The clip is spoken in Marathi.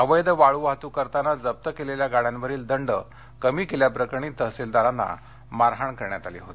अवैध वाळू वाहतूक करताना जप्त केलेल्या गाड्यांवरील दंड कमी केल्याप्रकरणी तहसीलदारांना मारहाण केली होती